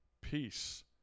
Peace